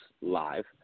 live